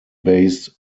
based